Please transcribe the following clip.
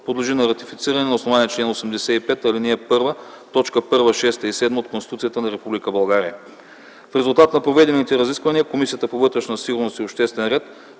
подлежи на ратифициране на основание чл. 85, ал. 1, т. 1, 6 и 7 от Конституцията на Република България. В резултат на проведените разисквания Комисията по вътрешна сигурност и обществен ред